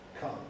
Come